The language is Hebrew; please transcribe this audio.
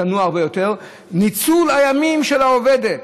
צנוע הרבה יותר: ניצול הימים של העובדת,